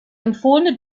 empfohlene